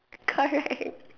correct